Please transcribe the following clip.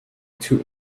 two